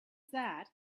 that